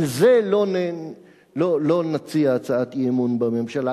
על זה לא נציע הצעת אי-אמון בממשלה,